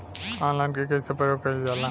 Online के कइसे प्रयोग कइल जाला?